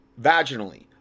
vaginally